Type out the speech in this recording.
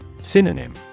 Synonym